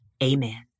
Amen